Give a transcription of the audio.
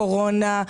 קורונה,